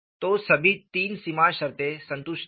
तो सभी तीन सीमा शर्तें संतुष्ट हैं